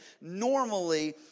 normally